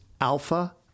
alpha